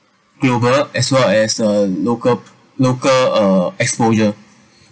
global as well as uh local local ah exposure